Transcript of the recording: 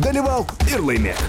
dalyvauk ir laimėk